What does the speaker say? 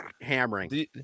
hammering